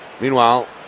Meanwhile